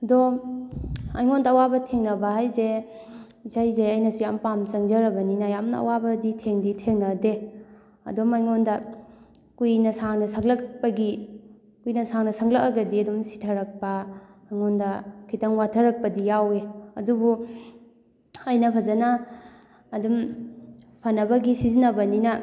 ꯑꯗꯣ ꯑꯩꯉꯣꯟꯗ ꯑꯋꯥꯕ ꯊꯦꯡꯅꯕ ꯍꯥꯏꯁꯦ ꯏꯁꯩꯁꯦ ꯑꯩꯅꯁꯨ ꯌꯥꯝ ꯄꯥꯝꯅ ꯆꯪꯖꯔꯕꯅꯤꯅ ꯌꯥꯝꯅ ꯑꯋꯥꯕꯗꯤ ꯊꯦꯡꯗꯤ ꯊꯦꯡꯅꯗꯦ ꯑꯗꯨꯝ ꯑꯩꯉꯣꯟꯗ ꯀꯨꯏꯅ ꯁꯥꯡꯅ ꯁꯛꯂꯛꯄꯒꯤ ꯀꯨꯏꯅ ꯁꯥꯡꯅ ꯁꯛꯂꯛꯑꯒꯗꯤ ꯑꯗꯨꯝ ꯁꯤꯊꯔꯛꯄ ꯑꯩꯉꯣꯟꯗ ꯈꯤꯇꯪ ꯋꯥꯊꯔꯛꯄꯗꯤ ꯌꯥꯎꯋꯦ ꯑꯗꯨꯕꯨ ꯑꯩꯅ ꯐꯖꯅ ꯑꯗꯨꯝ ꯐꯅꯕꯒꯤ ꯁꯤꯖꯤꯟꯅꯕꯅꯤꯅ